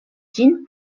ĝin